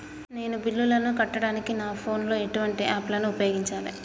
నేను బిల్లులను కట్టడానికి నా ఫోన్ లో ఎటువంటి యాప్ లను ఉపయోగించాలే?